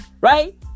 Right